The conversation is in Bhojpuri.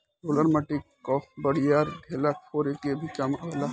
रोलर माटी कअ बड़ियार ढेला फोरे के भी काम आवेला